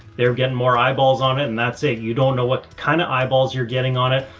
they're getting more eyeballs on it and that's it. you don't know what kind of eyeballs you're getting on it.